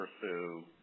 pursue